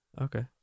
okay